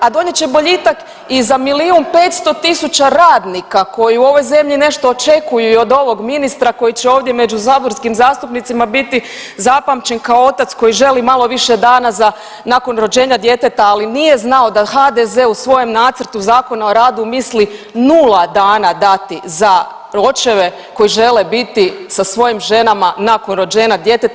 A donijet će boljitak i za milijun petsto tisuća radnika koji u ovoj zemlji nešto očekuju i od ovog ministra koji će ovdje među saborskim zastupnicima biti zapamćen kao otac koji želi malo više dana za nakon rođenja djeteta, ali nije znao da HDZ u svojem nacrtu Zakona o radu misli nula dana dati za očeve koji žele biti sa svojim ženama nakon rođenja djeteta.